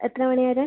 എത്ര മണി വരെ